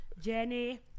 Jenny